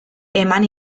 eman